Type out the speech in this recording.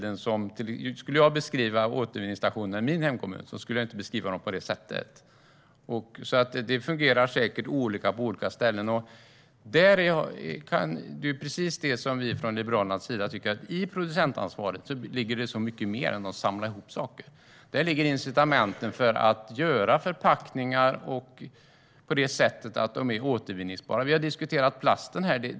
Om jag skulle beskriva återvinningsstationen i min hemkommun skulle jag inte beskriva den på det sättet, men det fungerar säkert olika på olika ställen. Vi i Liberalerna tycker att det ligger mycket mer i producentansvaret än att samla ihop saker. Där ligger incitament för att göra förpackningar återvinnbara. Vi har diskuterat plast här.